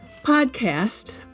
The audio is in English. podcast